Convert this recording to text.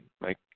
Mike